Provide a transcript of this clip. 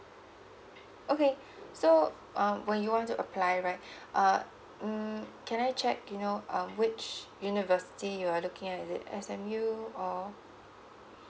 okay so um when you want to apply right err mm can I check you know um which university you are looking at is it S_M_U or